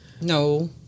No